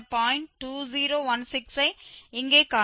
2016 ஐ இங்கே காண்கிறோம்